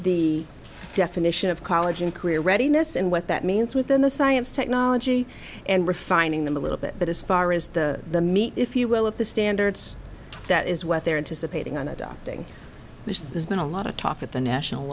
the definition of college and career ready ness and what that means within the science technology and refining them a little bit but as far as the the meat if you will of the standards that is what they're into supporting on adopting there's been a lot of talk at the national